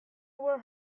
were